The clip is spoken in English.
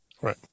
Right